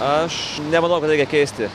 aš nemanau kad reikia keisti